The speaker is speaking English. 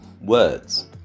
words